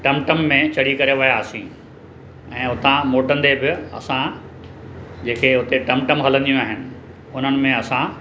टम टम में चढ़ी करे वियासीं ऐं उतां मोटंदे बि असां जेके उते टम टम हलंदियूं आहिनि उन्हनि में असां